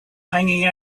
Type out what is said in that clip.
hanging